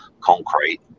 concrete